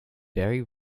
very